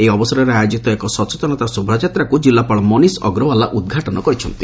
ଏହି ଅବସରରେ ଆୟୋଜିତ ଏକ ସଚେତନତା ଶୋଭାଯାତ୍ରାକୁ ଜିଲ୍ଲାପାଳ ମନୀଶ୍ ଅଗ୍ରଓାଲା ଉଦ୍ଘାଟନ କରିଛନ୍ତି